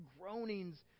groanings